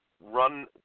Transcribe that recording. run